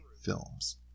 films